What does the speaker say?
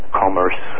commerce